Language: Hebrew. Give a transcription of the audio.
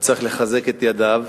ולחזק את ידיו,